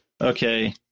okay